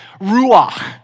Ruach